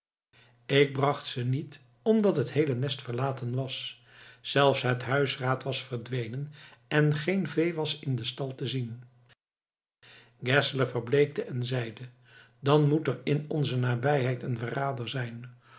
ik bracht ze niet omdat het heele nest verlaten was zelfs het huisraad was verdwenen en geen vee was in den stal te zien geszler verbleekte en zeide dan moet er in onze nabijheid een verrader zijn